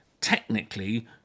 technically